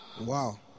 Wow